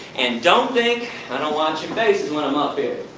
and don't think i don't watch your faces when i'm up here.